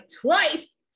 twice